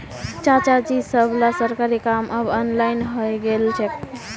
चाचाजी सबला सरकारी काम अब ऑनलाइन हइ गेल छेक